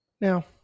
Now